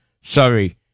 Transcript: Sorry